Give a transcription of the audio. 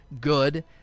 good